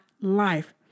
life